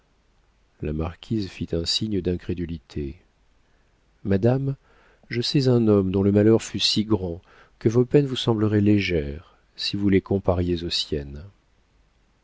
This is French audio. la marquise fit un signe d'incrédulité madame je sais un homme dont le malheur fut si grand que vos peines vous sembleraient légères si vous les compariez aux